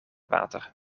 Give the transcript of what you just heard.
water